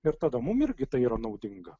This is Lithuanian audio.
ir tada mum irgi tai yra naudinga